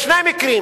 יש שני מקרים: